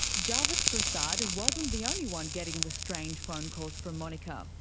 jarvis prasad wasn't the only one getting the strange phone calls from monika. um